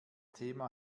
thema